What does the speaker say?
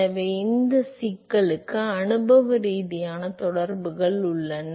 எனவே இந்த சிக்கலுக்கு அனுபவ ரீதியான தொடர்புகள் உள்ளன